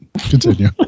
continue